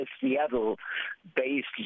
Seattle-based